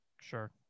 Sure